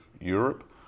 Europe